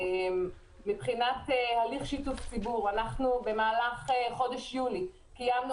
מבחינת הליך שיתוף ציבור במהלך חודש יולי קיימנו